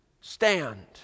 stand